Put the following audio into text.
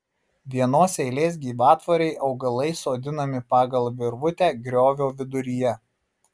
vienos eilės gyvatvorei augalai sodinami pagal virvutę griovio viduryje